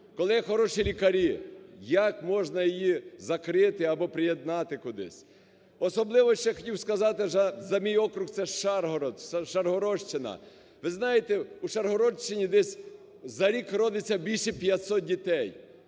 коли є хороші лікарі, як можна її закрити або приєднати кудись? Особливо ще хотів сказати за мій округ – це Шаргородщина. Ви знаєте, у Шаргородщині десь за рік родиться більше 500 дітей.